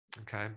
okay